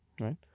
right